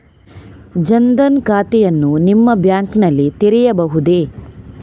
ಜನ ದನ್ ಖಾತೆಯನ್ನು ನಿಮ್ಮ ಬ್ಯಾಂಕ್ ನಲ್ಲಿ ತೆರೆಯಬಹುದೇ?